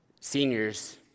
seniors